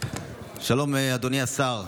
שלום, אדוני השר.